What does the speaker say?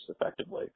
effectively